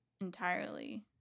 entirely